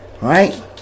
right